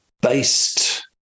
based